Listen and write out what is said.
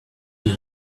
till